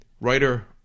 Writer